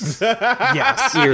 Yes